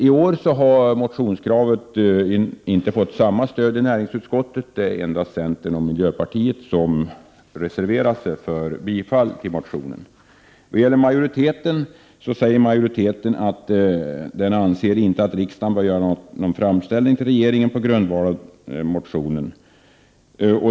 I år har vårt motionskrav inte fått lika starkt stöd i näringsutskottet. Det är enbart centern och miljöpartiet som reserverat sig för bifall till motionen. Majoriteten säger att den anser att riksdagen inte bör göra någon framställning till regeringen på grundval av motionen.